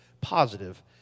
positive